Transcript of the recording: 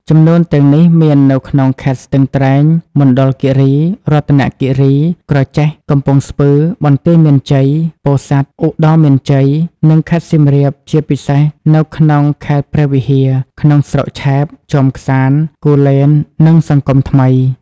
ចំនួនទាំងនេះមាននៅក្នុងខេត្តស្ទឹងត្រែង មណ្ឌលគិរី រតនគិរី ក្រចេះ កំពង់ស្ពឺ បន្ទាយមានជ័យ ពោធិ៍សាត់ ឧត្តរមានជ័យ និងខេត្តសៀមរាបជាពិសេសនៅក្នុងខេត្តព្រះវិហារ ក្នុងស្រុកឆែប ជាំក្សាន្ត គូលែននិងសង្គមថ្មី។